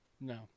No